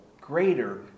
greater